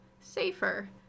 safer